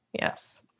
Yes